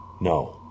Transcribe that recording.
No